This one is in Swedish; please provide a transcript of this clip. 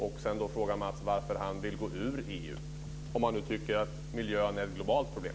Jag vill också fråga honom varför han vill gå ur EU om han nu tycker att miljön är ett globalt problem?